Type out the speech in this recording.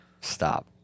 Stop